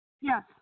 Yes